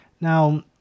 now